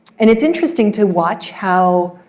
and it's interesting to watch how